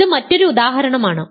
ഇത് മറ്റൊരു ഉദാഹരണമാണ്